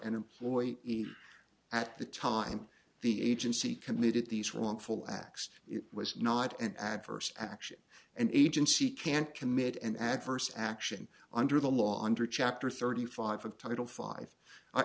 an employee at the time the agency committed these wrongful acts it was not an adverse action an agency can't commit an adverse action under the law under chapter thirty five of title five